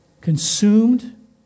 consumed